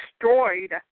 destroyed